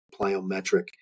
plyometric